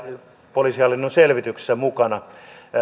poliisihallinnon selvityksessä mukana